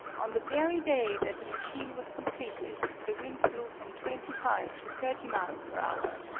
on the very day that the machine was completed the wind blew from twenty five to thirty miles per hour,